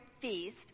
feast